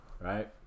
Right